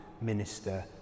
minister